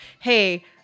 Hey